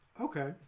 Okay